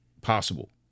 possible